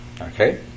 Okay